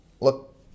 look